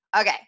Okay